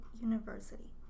University